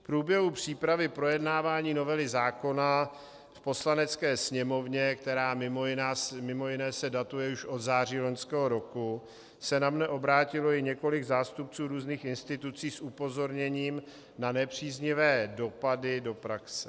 V průběhu přípravy projednávání novely zákona v Poslanecké sněmovně, která se mimo jiné datuje už od září loňského roku, se na mne obrátilo i několik zástupců různých institucí s upozorněním na nepříznivé dopady do praxe.